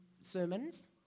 sermons